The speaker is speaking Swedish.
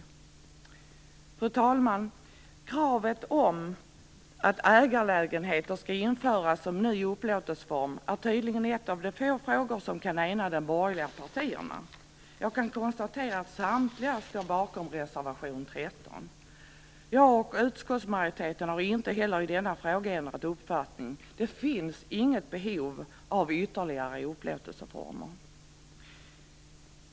Fru talman! Kravet på att ägarlägenheter skall införas som ny upplåtelseform är tydligen en av de få frågor som kan ena de borgerliga partierna. Jag kan konstatera att samtliga står bakom reservation 13. Jag och utskottsmajoriteten har inte heller i denna fråga ändrat uppfattning. Det finns inget behov av ytterligare upplåtelseformer.